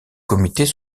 comités